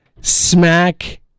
Smack